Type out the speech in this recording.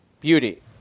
beauty